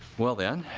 well then